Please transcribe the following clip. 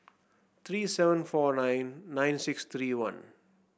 three seven four nine nine six three one